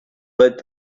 with